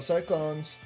Cyclones